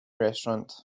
restaurant